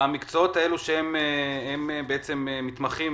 במקצועות האלה שבהם מתמחים